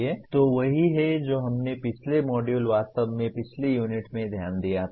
तो वही है जो हमने पिछले मॉड्यूल वास्तव में पिछली यूनिट में ध्यान दिया था